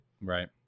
Right